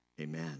Amen